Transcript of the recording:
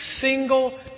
single